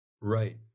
Right